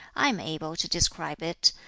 i am able to describe it,